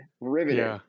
riveted